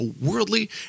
worldly